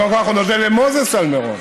קודם כול, אנחנו נודה למוזס על מירון.